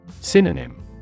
Synonym